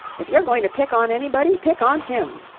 if you're going to pick on anybody, pick on him.